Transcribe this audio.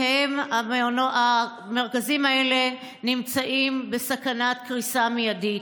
הם, המרכזים האלה, נמצאים בסכנת קריסה מיידית.